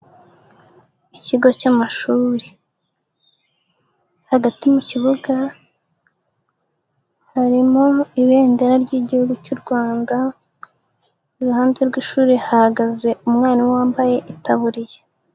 Ikigo cy'amashuri, hagati mu kibuga harimo ibendera ry'Igihugu cy'u Rwanda, iruhande rw'ishuri hahagaze umwari wambaye itaburiya.